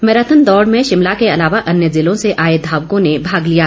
marathon दौड़ में शिमला के अलावा अन्य जिलों से आए धावकों ने भाग लिया